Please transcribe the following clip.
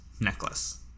necklace